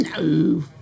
No